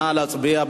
נא להצביע.